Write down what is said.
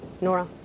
Nora